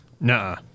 Nah